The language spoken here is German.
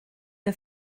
der